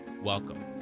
welcome